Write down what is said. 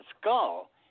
skull